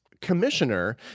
commissioner